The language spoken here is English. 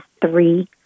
three